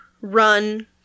run